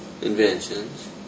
inventions